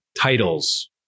titles